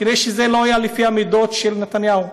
כנראה זה לא היה לפי המידות של נתניהו.